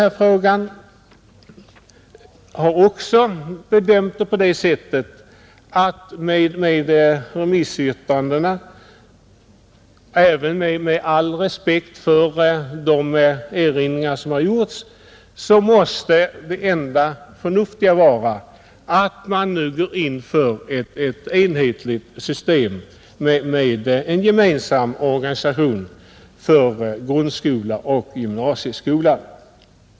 Utskottet har också mot bakgrunden av remissyttrandena — med all respekt för de erinringar som har gjorts — bedömt läget så att det enda förnuftiga måste vara att nu gå in för ett enhetligt system med en gemensam organisation för grundskola och gymnasieskola.